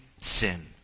sin